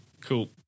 Cool